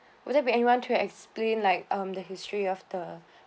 would there be anyone to explain like um the history of the